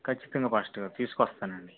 ఖచ్చితంగా పాస్టర్ గారు తీసుకొస్తానండి